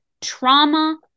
trauma